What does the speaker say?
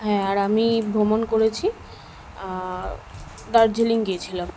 হ্যাঁ আর আমি ভ্রমণ করেছি দার্জিলিং গিয়েছিলাম